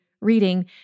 reading